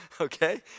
okay